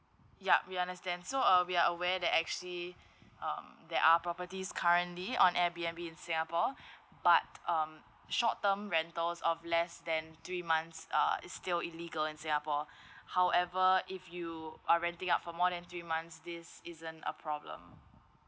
yup we understand so uh we are aware that actually um there are properties currently on air B_N_B in singapore but um short term rentals of less than three months uh is still illegal in singapore however if you are renting out for more than three months this isn't a problem